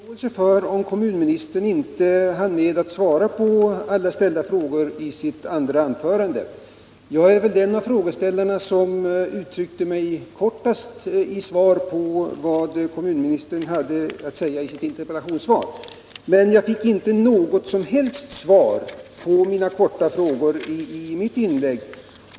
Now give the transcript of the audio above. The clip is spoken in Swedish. Herr talman! Jag har förståelse för att kommunministerr i sitt andra anförande inte hann med att svara på alla ställda frågor. Jag var väl den av frågeställarna som uttryckte sig kortast i kommentaren till vad kommunministern hade att säga i sitt interpellationssvar. Men jag fick inte något som helst svar på de korta frågor jag ställde i mitt inlägg.